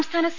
സംസ്ഥാന സി